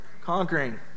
conquering